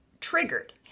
triggered